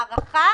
הארכה